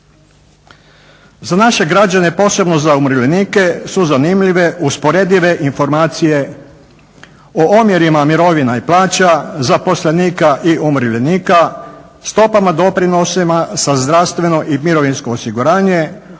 Za naše građane, posebno za umirovljenike su zanimljive usporedive informacije o omjerima mirovina i plaća zaposlenika i umirovljenika, stopama doprinosima za zdravstveno i mirovinsko osiguranje,